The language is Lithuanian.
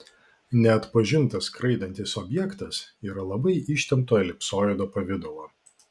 neatpažintas skraidantis objektas yra labai ištempto elipsoido pavidalo